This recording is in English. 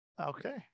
okay